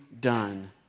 done